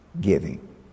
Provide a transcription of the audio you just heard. giving